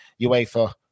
UEFA